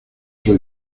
sus